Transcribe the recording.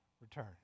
return